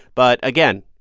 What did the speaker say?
but again,